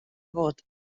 vot